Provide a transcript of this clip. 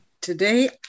Today